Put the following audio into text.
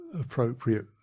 appropriate